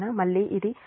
కాబట్టి మళ్ళీ అది 123